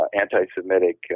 anti-Semitic